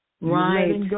Right